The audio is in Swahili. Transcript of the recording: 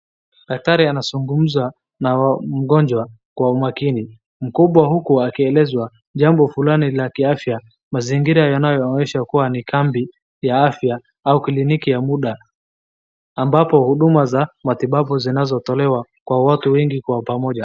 Daktari anazungumza na mgonjwa kwa umakini, mkubwa huku akielezwa jambo fulani la kiafya .Mazingira yanayoonyesha ni kambi ya afya au kliniki ya muda. Ambapo matibabu ya afya inapotolewa watu wengi kwa pamoja.